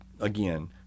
again